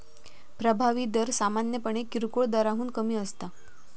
प्रभावी दर सामान्यपणे किरकोळ दराहून कमी असता